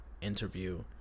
interview